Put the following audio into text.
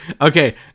okay